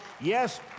Yes